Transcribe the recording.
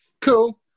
cool